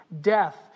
death